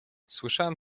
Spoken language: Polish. słyszałem